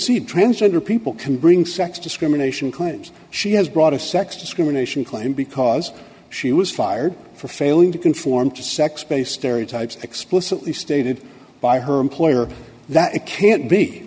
see transgender people can bring sex discrimination claims she has brought a sex discrimination claim because she was fired for failing to conform to sex based stereotypes explicitly stated by her employer that it can't be